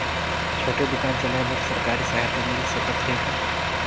छोटे दुकान चलाय बर सरकारी सहायता मिल सकत हे का?